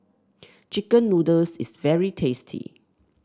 chicken noodles is very tasty